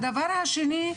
הדבר השני,